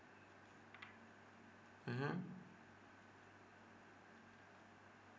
mmhmm